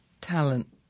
talent